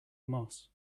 moss